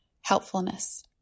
Helpfulness